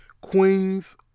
Queens